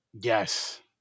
Yes